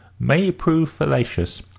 may prove fallacious.